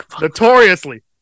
Notoriously